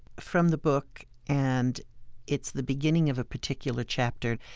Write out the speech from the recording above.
from the book. and it's the beginning of a particular chapter,